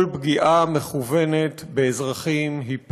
כל פגיעה מכוונת באזרחים היא פשע,